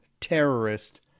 terrorist